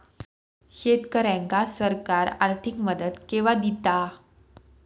शेतकऱ्यांका सरकार आर्थिक मदत केवा दिता?